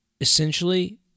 essentially